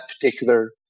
particular